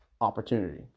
opportunity